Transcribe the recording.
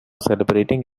celebrating